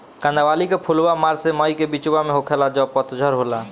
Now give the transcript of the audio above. कंदावली के फुलवा मार्च से मई के बिचवा में होखेला जब पतझर होला